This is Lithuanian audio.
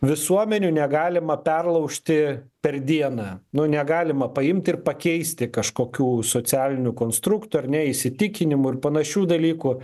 visuomenių negalima perlaužti per dieną nu negalima paimti ir pakeisti kažkokių socialinių konstruktų ar ne įsitikinimų ir panašių dalykų